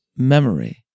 Memory